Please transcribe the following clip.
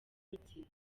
rutsiro